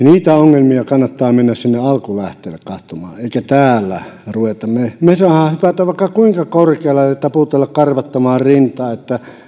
niitä ongelmia kannattaa mennä sinne alkulähteille katsomaan eikä täällä ruveta me me saamme hypätä vaikka kuinka korkealle ja taputella karvattomaan rintaan että